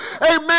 amen